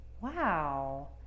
Wow